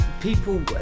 people